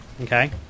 Okay